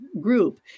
group